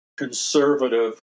Conservative